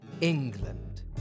England